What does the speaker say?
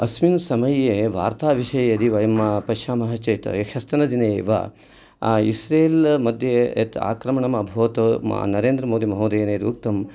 अस्मिन् समये वार्ताविषये यदि वयं पश्यामः चेत् ह्यस्तनदिने एव इस्रैल्मध्ये यत् आक्रमणं अभवत् नरेन्द्रमोदीमहोदयेन यदुक्तं